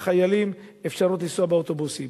לאפשר לחיילים לנסוע באוטובוסים.